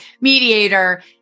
mediator